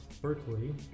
Berkeley